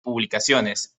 publicaciones